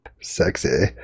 Sexy